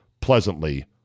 pleasantly